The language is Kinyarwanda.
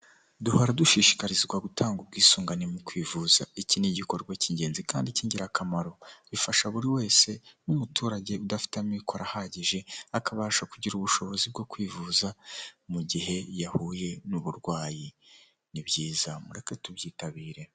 Nta muntu utagira inzozi zo kuba mu nzu nziza kandi yubatse neza iyo nzu iri mu mujyi wa kigali uyishaka ni igihumbi kimwe cy'idolari gusa wishyura buri kwezi maze nawe ukibera ahantu heza hatekanye.